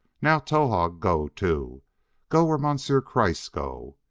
now towahg go too go where monsieur kreiss go!